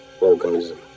organism